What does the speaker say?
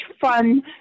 fun